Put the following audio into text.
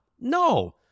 No